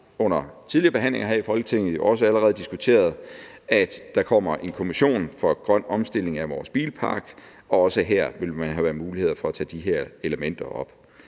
under tidligere behandlinger her i Folketinget også allerede diskuteret, at der kommer en kommission for grøn omstilling af vores bilpark, og også her vil man få mulighed for at tage de her elementer op.